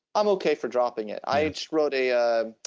i'm okay for dropping it. i just wrote a ah